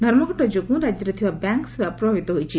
ଧର୍ମଘଟ ଯୋଗୁଁ ରାଜ୍ୟରେ ଥିବା ବ୍ୟାଙ୍କ ସେବା ପ୍ରଭାବିତ ହୋଇଛି